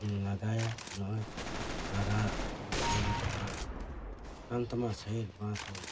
ᱞᱟᱜᱟᱭᱟ ᱱᱚᱜᱚᱭ ᱞᱟᱜᱟ ᱨᱮᱦᱚᱸ ᱡᱟᱦᱟᱸ ᱠᱟᱱ ᱛᱟᱢᱟ ᱵᱟᱸ ᱥᱟᱭᱤᱴ